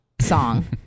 song